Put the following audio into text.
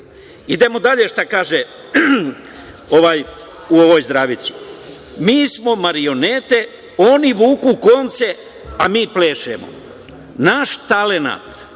kaže dalje ovaj u ovoj zdravici? „Mi smo marionete, oni vuku konce, a mi plešemo. Naš talenat,